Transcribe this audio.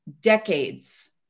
decades